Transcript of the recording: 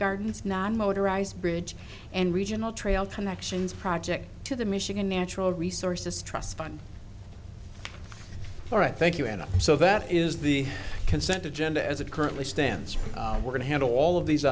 gardens non motorized bridge and regional trail connections project to the michigan natural resources trust fund or a thank you and so that is the consent agenda as it currently stands for we're going to handle all of these